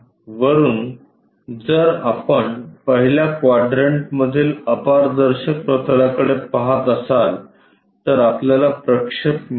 वरुन जर आपण पहिल्या क्वाड्रंटमधील अपारदर्शक प्रतलाकडे पहात असाल तर आपल्याला प्रक्षेप मिळेल